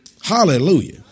Hallelujah